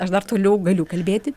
aš dar toliau galiu kalbėti